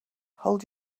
hold